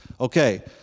Okay